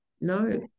no